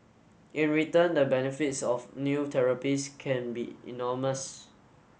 in return the benefits of new therapies can be enormous